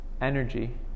energy